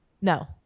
no